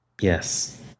Yes